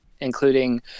including